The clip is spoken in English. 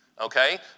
okay